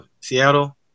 Seattle